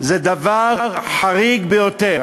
זה דבר חריג ביותר.